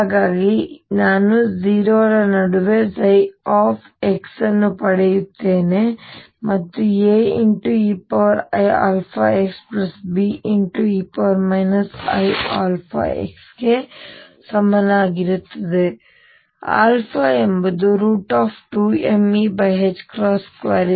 ಹಾಗಾಗಿ ನಾನು 0 ರ ನಡುವೆ x ಅನ್ನು ಪಡೆಯುತ್ತೇನೆ ಮತ್ತುAeiαxBe iαx ಗೆ ಸಮಾನವಾಗಿರುತ್ತದೆ ಎಂಬುದು √ 0